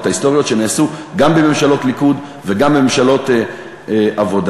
ההיסטוריות שנעשו גם בממשלות הליכוד וגם בממשלות העבודה.